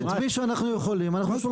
את מי שאנחנו יכולים אנחנו שולחים.